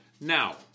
Now